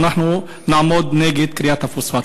ואנחנו נעמוד נגד כריית הפוספטים.